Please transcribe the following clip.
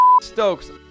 Stokes